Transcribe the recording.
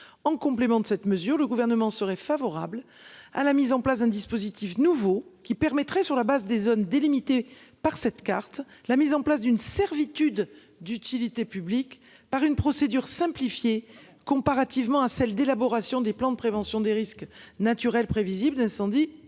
en complément de cette mesure, le gouvernement serait favorable à la mise en place d'un dispositif nouveau qui permettrait, sur la base des zones délimitées par cette carte la mise en place d'une servitude d'utilité publique par une procédure simplifiée, comparativement à celles d'élaboration des plans de prévention des risques naturels prévisibles d'incendie et